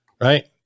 right